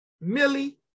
Millie